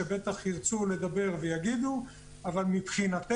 שבטח ירצו לדבר - אבל מבחינתנו,